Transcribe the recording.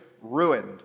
ruined